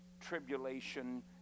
tribulation